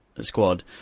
squad